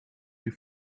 you